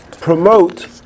promote